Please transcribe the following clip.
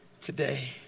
today